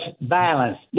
violence